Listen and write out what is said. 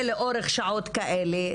ולאורך שעות כאלה,